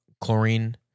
chlorine